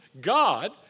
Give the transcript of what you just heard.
God